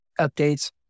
updates